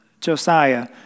Josiah